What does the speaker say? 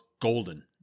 golden